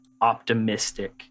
optimistic